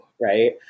right